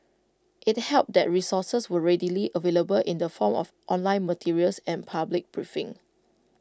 IT helped that resources were readily available in the form of online materials and public briefings